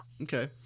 Okay